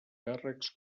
càrrecs